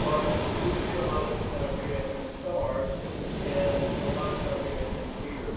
but we do see a lot of diarrhea in sars and a lot of diarrhea in mers,